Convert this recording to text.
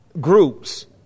groups